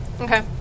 Okay